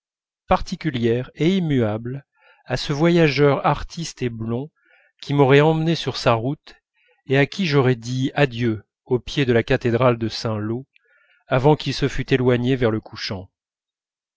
particulière et immuable à ce voyageur artiste et blond qui m'aurait emmené sur sa route et à qui j'aurais dit adieu au pied de la cathédrale de saint-lô avant qu'il se fût éloigné vers le couchant